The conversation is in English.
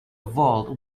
vault